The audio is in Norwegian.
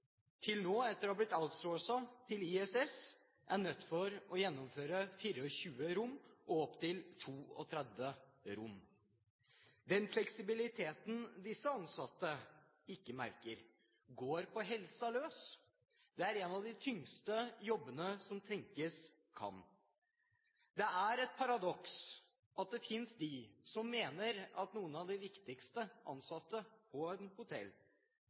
nå, etter å ha blitt outsourcet til ISS, er nødt til å klare 24 rom og opptil 32 rom. Den fleksibiliteten disse ansatte ikke merker, går på helsa løs. Det er av de tyngste jobbene som tenkes kan. Det er et paradoks at det finnes dem som mener at noen av de viktigste ansatte på et hotell